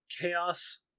Chaos